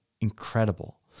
incredible